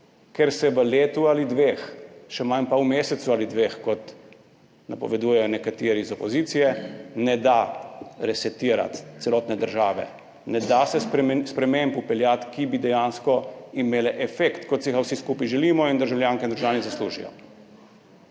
Ker se v letu ali dveh, še manj pa v mesecu ali dveh, kot napovedujejo nekateri iz opozicije, ne da resetirati celotne države, ne da se sprememb vpeljati, ki bi dejansko imele efekt, kot si ga vsi skupaj želimo in državljanke in državljani zaslužijo.